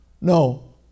No